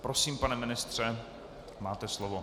Prosím, pane ministře, máte slovo.